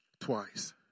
twice